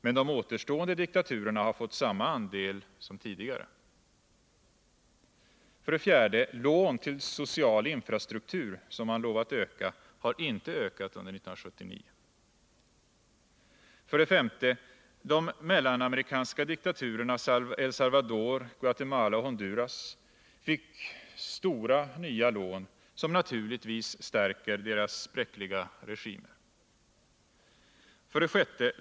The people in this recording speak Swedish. Men de återstående diktaturerna har fått samma andel som tidigare. 4, Lån till social infrastruktur, som man lovat öka, har inte gjort det under 1979. 5. De mellanamerikanska diktaturerna El Salvador, Guatemala och Honduras fick stora nya lån, som naturligtvis stärker deras bräckliga regimer. 6.